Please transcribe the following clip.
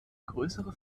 größere